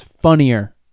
funnier